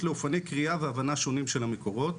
לאופני קריאה והבנה שונים של המקורות,